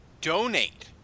donate